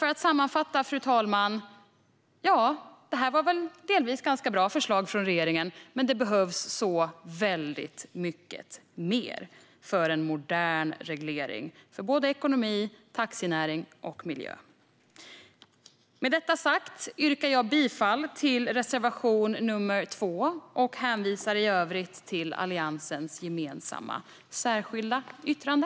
För att sammanfatta: Ja, det här var väl delvis ganska bra förslag från regeringen, men det behövs så väldigt mycket mer för en modern reglering för såväl ekonomi och taxinäring som miljö. Jag yrkar bifall till reservation nr 2 och hänvisar i övrigt till Alliansens gemensamma särskilda yttrande.